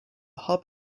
hub